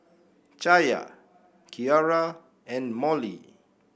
Chaya Kiara and Mollie